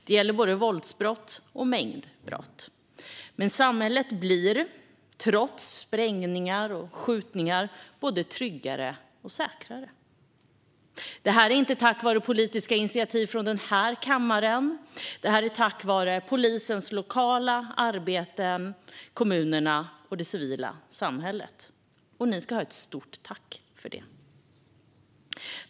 Det gäller både våldsbrott och mängdbrott. Men samhället blir, trots sprängningar och skjutningar, både tryggare och säkrare. Det är inte tack vare politiska initiativ från denna kammare. Det är tack vare polisens lokala arbete, tack vare kommunerna och tack vare det civila samhället. De ska ha ett stort tack för det.